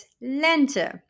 lente